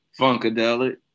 Funkadelic